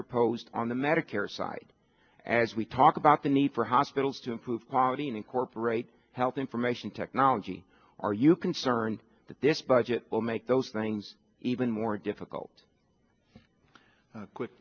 proposed on the medicare side as we talk about the need for hospitals to improve quality and incorporate health information technology are you concerned that this budget will make those things even more difficult quick